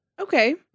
okay